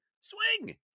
Swing